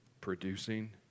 producing